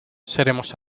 seremos